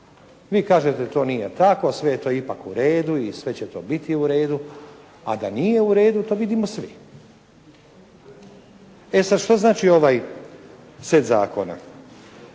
Vi kažete to nije tako, sve je to ipak u redu i sve će to biti u redu, a da nije u redu to vidimo svi. E sada šta znači ovaj set zakona?